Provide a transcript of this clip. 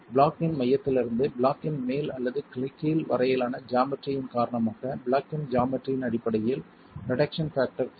black இன் மையத்திலிருந்து block இன் மேல் அல்லது கீழ் வரையிலான ஜாமெட்ரியின் காரணமாக பிளாக் இன் ஜாமெட்ரியின் அடிப்படையில் ரிடக்சன் பேக்டர் தேவை